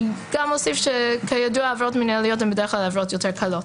אוסף גם שידוע שעבירות מנהליות הן בדרך כלל עבירות יותר קלות